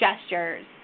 gestures